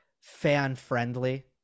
fan-friendly